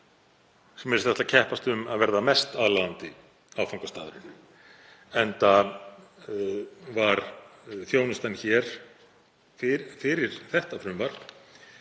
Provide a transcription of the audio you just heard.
sem virðist ætla að keppast um að verða mest aðlaðandi áfangastaðurinn, enda var þjónustan hér fyrir þetta frumvarp